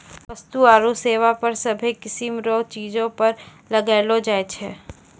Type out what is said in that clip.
वस्तु आरू सेवा कर सभ्भे किसीम रो चीजो पर लगैलो जाय छै